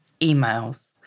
emails